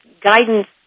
guidance